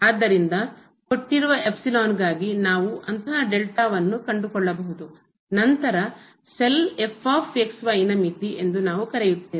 ಆದ್ದರಿಂದ ಕೊಟ್ಟಿರುವ ಎಪ್ಸಿಲಾನ್ಗಾಗಿ ನಾವು ಅಂತಹ ಡೆಲ್ಟಾವನ್ನು ಕಂಡುಕೊಳ್ಳಬಹುದು ನಂತರ ಸೆಲ್ ಮಿತಿ ಎಂದು ನಾವು ಕರೆಯುತ್ತೇವೆ